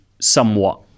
somewhat